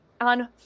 on